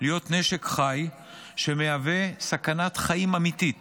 להיות נשק חי שמהווה סכנת חיים אמיתית